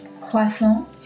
croissant